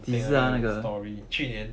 reply 那个 story 去年